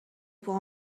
pour